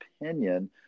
opinion